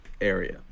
area